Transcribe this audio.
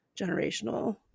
generational